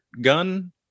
gun